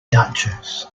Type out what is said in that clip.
duchess